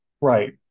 right